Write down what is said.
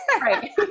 Right